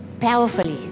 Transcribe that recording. Powerfully